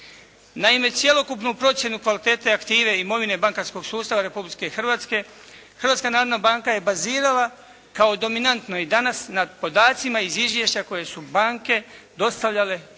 Naime, cijelu procjenu kvalitete aktive imovine bankarskog sustava Republike Hrvatske, Hrvatska narodna banka je bazirala kao dominatno i danas na podacima iz izvješća koje su banke dostavljale Hrvatskoj